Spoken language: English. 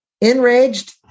Enraged